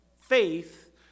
Faith